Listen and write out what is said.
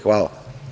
Hvala.